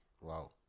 Wow